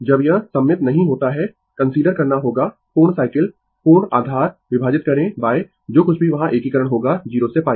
जब यह सममित नहीं होता है कंसीडर करना होगा पूर्ण साइकिल पूर्ण आधार विभाजित करें जो कुछ भी वहां एकीकरण होगा 0 से π